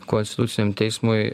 konstituciniam teismui